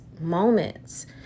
moments